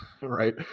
right